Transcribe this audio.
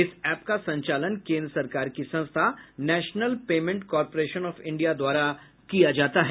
इस एप्प का संचालन केन्द्र सरकार की संस्था national payment corporation of India द्वारा किया जाता है